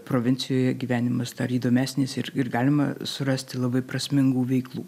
provincijoje gyvenimas dar įdomesnis ir ir galima surasti labai prasmingų veiklų